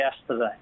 yesterday